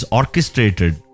orchestrated